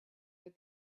with